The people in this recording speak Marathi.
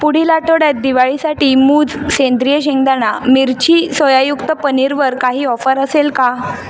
पुढील आठवड्यात दिवाळीसाठी मूज सेंद्रिय शेंगदाणा मिरची सोयायुक्त पनीरवर काही ऑफर असेल का